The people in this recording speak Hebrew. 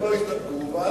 מספיק אחד שלא מסתפק.